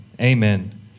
amen